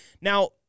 Now